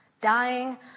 dying